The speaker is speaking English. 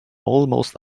almost